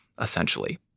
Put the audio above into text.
essentially